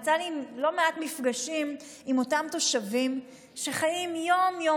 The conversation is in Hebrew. היו לי לא מעט מפגשים עם אותם תושבים שחיים יום-יום,